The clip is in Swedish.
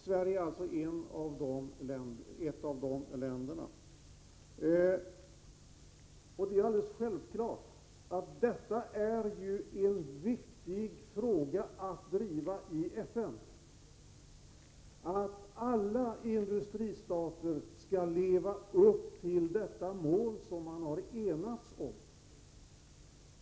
Sverige är ett av de länderna. Självfallet är det viktigt att i FN driva kravet att alla industristater skall leva upp till det mål som man här har enats om.